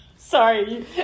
Sorry